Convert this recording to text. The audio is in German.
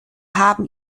haben